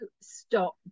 stop